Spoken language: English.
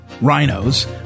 rhinos